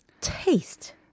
taste